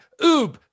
oob